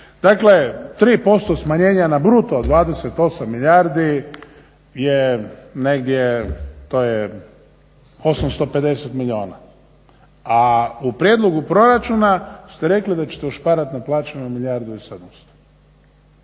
Dakle, 3% smanjenja na bruto od 28 milijardi je negdje to je 850 milijuna. A u prijedlogu proračuna ste rekli da ćete ušparat na plaćama milijardu i 700.